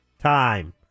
time